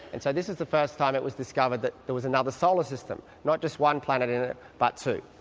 and so this was the first time it was discovered that there was another solar system, not just one planet in it but two.